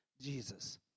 Jesus